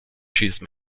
cheese